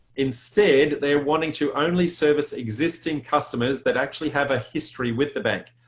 instead they're wanting to only service existing customers that actually have a history with the bank.